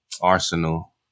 Arsenal